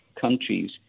countries